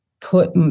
put